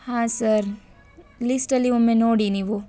ಹಾಂ ಸರ್ ಲಿಸ್ಟಲ್ಲಿ ಒಮ್ಮೆ ನೋಡಿ ನೀವು